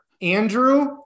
Andrew